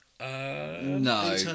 No